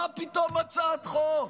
מה פתאום הצעת חוק?